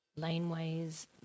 laneways